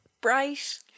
bright